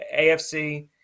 afc